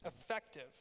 effective